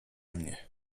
mnie